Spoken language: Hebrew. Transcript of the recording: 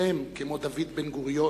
שם כמו דוד בן-גוריון,